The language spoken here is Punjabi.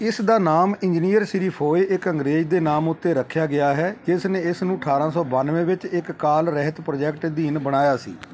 ਇਸ ਦਾ ਨਾਮ ਇੰਜੀਨੀਅਰ ਸ਼੍ਰੀ ਫੋਏ ਇੱਕ ਅੰਗਰੇਜ਼ ਦੇ ਨਾਮ ਉੱਤੇ ਰੱਖਿਆ ਗਿਆ ਹੈ ਜਿਸ ਨੇ ਇਸ ਨੂੰ ਅਠਾਰਾਂ ਸੌੌ ਬਾਨਵੇਂ ਵਿੱਚ ਇੱਕ ਕਾਲ ਰਹਿਤ ਪ੍ਰੋਜੈਕਟ ਅਧੀਨ ਬਣਾਇਆ ਸੀ